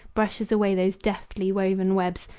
brushes away those deftly woven webs,